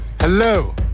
Hello